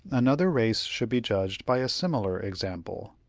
another race should be judged by a similar example.